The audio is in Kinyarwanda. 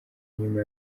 nyuma